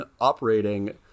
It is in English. operating